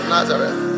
Nazareth